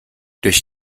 durch